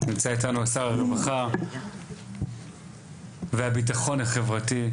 נמצא איתנו שר הרווחה והביטחון החברתי,